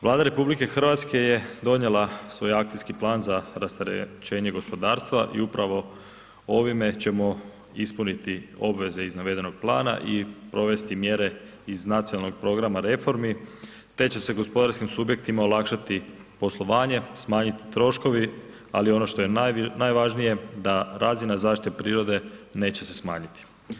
Vlada RH je donijela svoj akcijski plan za rasterećenje gospodarstva i upravo ovime ćemo ispuniti obveze iz navedenoga plana i provesti mjere iz nacionalnog programa reformi te će se gospodarskim subjektima olakšati poslovanje, smanjiti troškovi ali ono što je najvažnije da razina zaštite prirode neće se smanjiti.